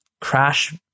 crash